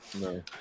No